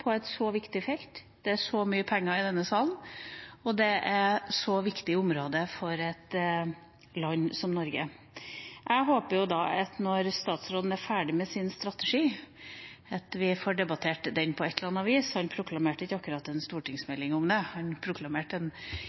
på et så viktig felt. Det er så mye penger i denne salen, og det er et så viktig område for et land som Norge. Jeg håper at når utenriksministeren er ferdig med sin strategi, får vi debattert den på et eller annet vis. Han proklamerte ikke akkurat en stortingsmelding om det, han proklamerte